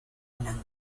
blanca